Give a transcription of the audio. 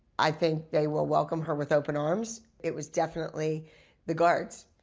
i think they will welcome her with open arms. it was definitely the guards.